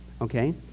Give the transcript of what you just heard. Okay